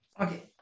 Okay